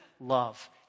love